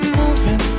moving